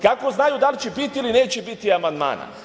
Kako znaju da li će biti ili neće biti amandmana?